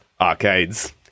arcades